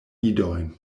idojn